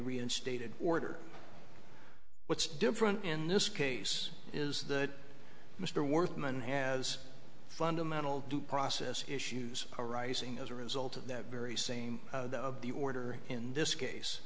reinstated order what's different in this case is that mr worth man has fundamental due process issues arising as a result of that very same of the order in this case